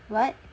what